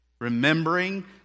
remembering